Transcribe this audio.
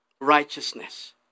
Righteousness